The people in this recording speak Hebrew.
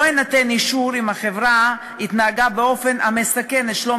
לא יינתן אישור אם החברה התנהגה באופן המסכן את שלום